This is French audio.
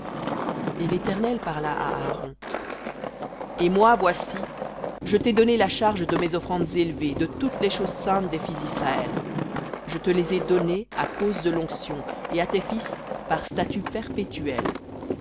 et l'éternel parla à aaron et moi voici je t'ai donné la charge de mes offrandes élevées de toutes les choses saintes des fils d'israël je te les ai données à cause de l'onction et à tes fils par statut perpétuel